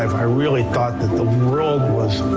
i really thought that the world was